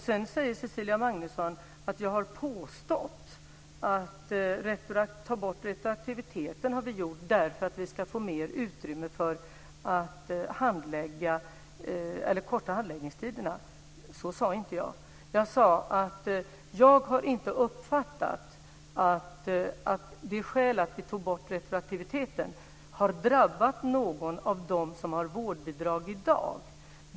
Sedan säger Cecilia Magnusson att jag har påstått att vi har tagit bort retroaktiviteten därför att vi ska få mer utrymme för att korta handläggningstiderna. Så sade jag inte. Jag sade att jag inte har uppfattat att borttagandet av retroaktiviteten har drabbat någon av dem som i dag har vårdbidrag.